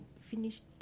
finished